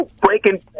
Breaking